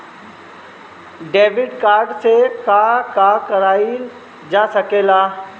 Debit card से का का कइल जा सके ला?